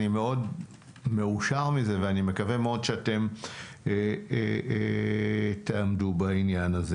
אני מאושר מזה ואני מקווה מאוד שאתם תעמדו בדבר.